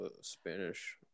Spanish